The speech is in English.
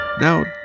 Now